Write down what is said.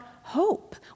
hope